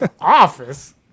Office